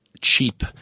cheap